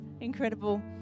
Incredible